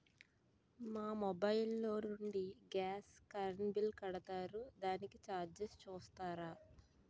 మా మొబైల్ లో నుండి గాస్, కరెన్ బిల్ కడతారు దానికి చార్జెస్ చూస్తారా?